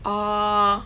ah